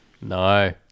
No